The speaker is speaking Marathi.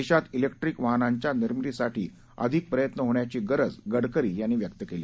देशात इलेक्ट्रिक वाहनांच्या निर्मितीसाठी अधिक प्रयत्न होण्याची गरज गडकरी यांनी व्यक्त केली